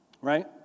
Right